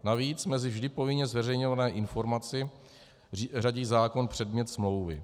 Navíc mezi vždy povinně zveřejňovanou informaci řadí zákon předmět smlouvy.